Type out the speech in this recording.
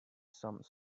some